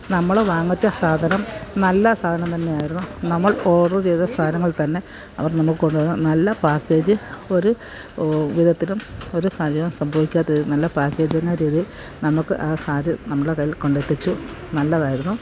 നമ്മൾ വാങ്ങിച്ച സാധനം നല്ല സാധനം തന്നെ ആയിരുന്നു നമ്മള് ഓഡർ ചെയ്ത സാനങ്ങള് തന്നെ അവര് നമുക്ക് കൊണ്ടുതന്നു നല്ല പാക്കേജ് ഒരു വിധത്തിലും ഒരു ഭയവും സംഭവിക്കാത്തത് നല്ല പാക്കേജെന്ന രീതിയില് നമുക്ക് ആ സാരി നമ്മളെ കയ്യില് കൊണ്ടെത്തിച്ചു നല്ലതായിരുന്നു